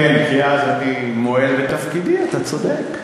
כן, כי אז אני מועל בתפקידי, אתה צודק.